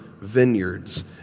vineyards